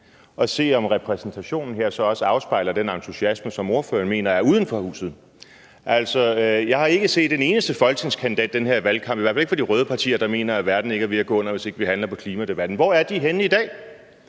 og se, om repræsentationen her så også afspejler den entusiasme, som ordføreren mener er uden for huset. Altså, jeg har ikke set en eneste folketingskandidat i den her valgkamp – i hvert fald ikke fra de røde partier – der mener, at verden ikke er ved at gå under, hvis ikke vi handler på klimadebatten. Hvor er de henne i dag?